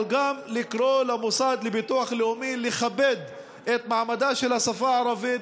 אבל גם לקרוא למוסד לביטוח לאומי לכבד את מעמדה של השפה הערבית